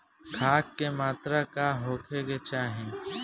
खाध के मात्रा का होखे के चाही?